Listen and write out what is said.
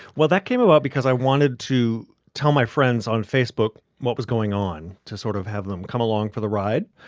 that came about because i wanted to tell my friends on facebook what was going on, to sort of have them come along for the ride.